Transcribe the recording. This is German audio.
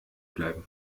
bleiben